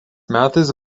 metais